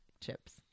chips